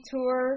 Tour